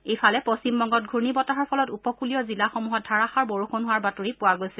ইফালে পশ্চিমবংগত ঘূৰ্ণিবতাহৰ ফলত উপকূলীয় জিলাসমূহত ধাৰাষাৰ বৰষুণ হোৱাৰ বাতৰি পোৱা গৈছে